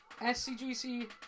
SCGC